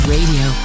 Radio